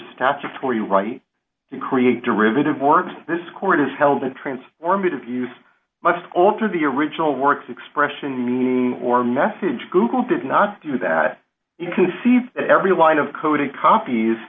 statutory right to create derivative works this court is held in transformative use must alter the original works expression meaning or message google did not do that you can see every line of code it copies